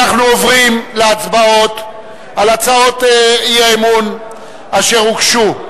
אנחנו עוברים להצבעות על הצעות האי-אמון שהוגשו.